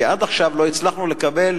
כי עד עכשיו לא הצלחנו לקבל,